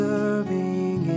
Serving